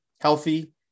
healthy